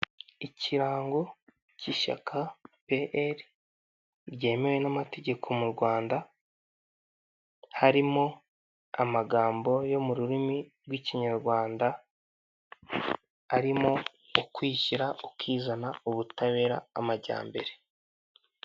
Ikirango cy'Ishyaka PL ryemewe n'amategeko mu Rwanda, harimo amagambo yo mu rurimi rw'Ikinyarwanda arimo ukwishyira ukizana, ubutabera, amajyambere.